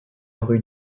rue